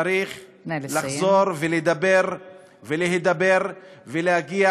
צריך לחזור ולדבר ולהידבר ולהגיע.